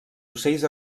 ocells